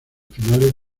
finales